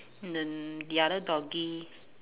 then the other doggy